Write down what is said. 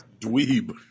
dweeb